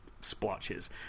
splotches